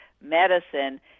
medicine